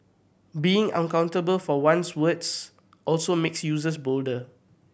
being unaccountable for one's words also makes users bolder